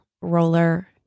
roller